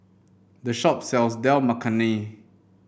this shop sells Dal Makhani